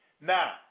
Now